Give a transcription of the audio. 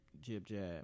jib-jab